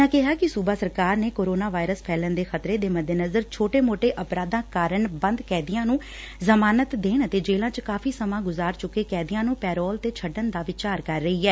ਉਨ੍ਹਾਂ ਕਿਹਾ ਕਿ ਸੂਬਾ ਸਰਕਾਰ ਨੇ ਕੋਰੋਨਾ ਵਾਇਰਸ ਫੈਲਣ ਦੇ ਖ਼ਤਰੇ ਦੇ ਮੱਦੇਨਜ਼ਰ ਛੋਟੇ ਮੋਟੇ ਅਪਰਾਧਾਂ ਕਾਰਨ ਬੰਦ ਕੈਦੀਆਂ ਨੂੰ ਜ਼ਮਾਨਤ ਦੇਣ ਅਤੇ ਜੇਲੁਾਂ ਚ ਕਾਫ਼ੀ ਸਮਾਂ ਗੁਜ਼ਾਰ ਚੁੱਕੇ ਕੈਦੀਆਂ ਨੂੰ ਪੈਰੋਲ ਤੇ ਛੱਡਣ ਦਾ ਵਿਚਾਰ ਕਰ ਰਹੀ ਐ